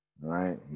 right